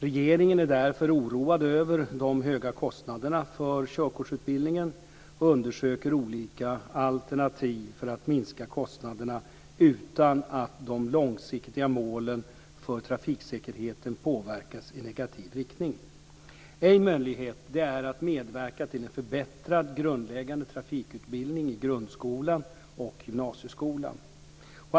Regeringen är därför oroad över de höga kostnaderna för körkortsutbildningen och undersöker olika alternativ för att minska kostnaderna utan att de långsiktiga målen för trafiksäkerheten påverkas i negativ riktning. En möjlighet är att medverka till en förbättrad grundläggande trafikutbildning i grundskolan och gymnasieskolan.